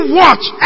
watch